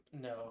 no